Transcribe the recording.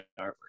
artwork